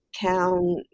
town